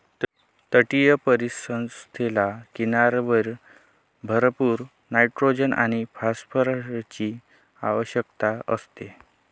तटीय परिसंस्थेला किनाऱ्यावर भरपूर नायट्रोजन आणि फॉस्फरसची आवश्यकता असते